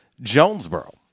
Jonesboro